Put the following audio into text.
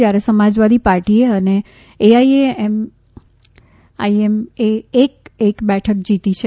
જ્યારે સમાજાવાદી પાર્ટીએ અને એઆઇએમઆઇએમ એ એક એક બેઠક જીતી છે